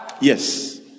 Yes